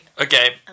Okay